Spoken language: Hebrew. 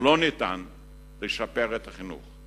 לא ניתן לשפר את החינוך.